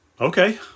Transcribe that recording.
Okay